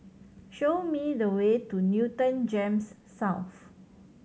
show me the way to Newton GEMS South